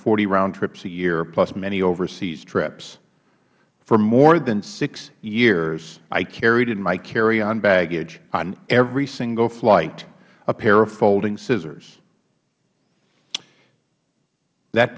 forty round trips a year plus many overseas trips for more than six years i carried in my carry on baggage on every single flight a pair of folding scissors that